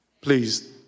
Please